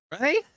right